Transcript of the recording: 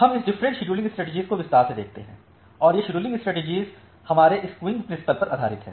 हम इस different scheduling strategy को विस्तार से देखते हैं और यह शेड्यूलिंग स्ट्रेटेजी हमारे पास क्यूइंग प्रिन्सिपिल पर आधारित है